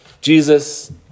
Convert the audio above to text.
Jesus